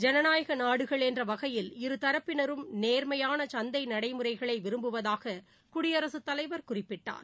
ஐனநாயகநாடுகள் என்றவகையில் இருதரப்பினரும் நோ்மையானசந்தைநடைமுறைகளைவிரும்புவதாககுடியரசுத்தலைவர் குறிப்பிட்டார்